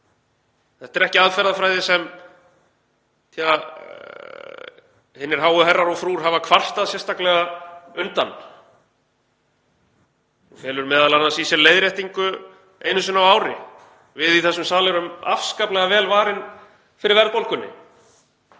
Þetta er ekki aðferðafræði sem hinir háu herrar og frúr hafa kvartað sérstaklega undan og felur meðal annars í sér leiðréttingu einu sinni á ári. Við í þessum sal erum afskaplega vel varin fyrir verðbólgunni,